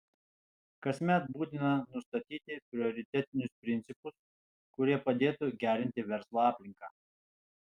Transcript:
kasmet būtina nustatyti prioritetinius principus kurie padėtų gerinti verslo aplinką